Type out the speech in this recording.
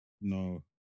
No